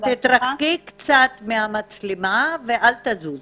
רחלי, תתרחקי קצת מהמצלמה ואל תזוזי.